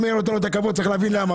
נגה,